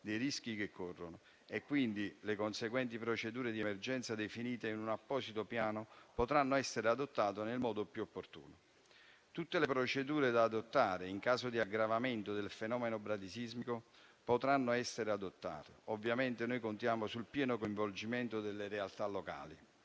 dei rischi che corrono e le conseguenti procedure di emergenza, definite in un apposito piano, potranno essere adottate nel modo più opportuno. Tutte le procedure da adottare in caso di aggravamento del fenomeno bradisismico potranno essere adottate. Ovviamente noi contiamo sul pieno coinvolgimento delle realtà locali.